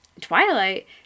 Twilight